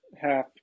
half